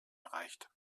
erreicht